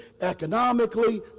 economically